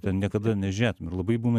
ten niekada nežiūrėtum ir labai būna